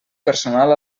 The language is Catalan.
personal